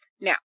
Now